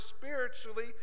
spiritually